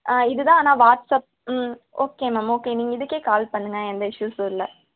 ஆ இது தான் ஆனால் வாட்ஸ்அப் ம் ஓகே மேம் ஓகே நீங்கள் இதுக்கே கால் பண்ணுங்க எந்த இஷுஸும் இல்லை